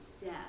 death